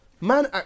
man